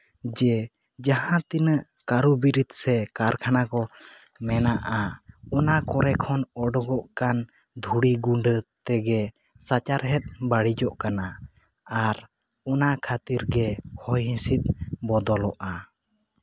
ᱡᱮ ᱡᱟᱦᱟᱸ ᱛᱤᱱᱟᱹᱜ ᱠᱟᱹᱨᱩ ᱵᱤᱨᱤᱫ ᱥᱮ ᱠᱟᱨᱠᱷᱟᱱᱟ ᱠᱚ ᱢᱮᱱᱟᱜᱼᱟ ᱚᱱᱟ ᱠᱚᱨᱮ ᱠᱷᱚᱱ ᱚᱰᱩᱠᱚᱜ ᱠᱟᱱ ᱫᱷᱩᱲᱤ ᱜᱩᱰᱟᱹ ᱛᱮᱜᱮ ᱥᱟᱪᱟᱨᱦᱮᱫ ᱵᱟᱹᱲᱤᱡᱚᱜ ᱠᱟᱱᱟ ᱟᱨ ᱚᱱᱟ ᱠᱷᱟᱹᱛᱤᱨ ᱜᱮ ᱦᱚᱭ ᱦᱤᱸᱥᱤᱫ ᱵᱚᱫᱚᱞᱚᱜᱼᱟ